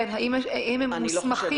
כן, האם הם מוסמכים?